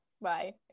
bye